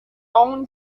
only